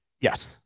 Yes